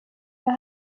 wir